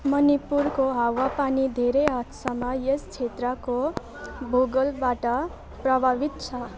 मणिपुरको हावापानी धेरै हदसम्म यस क्षेत्रको भूगोलबाट प्रभावित छ